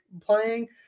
playing